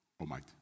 Almighty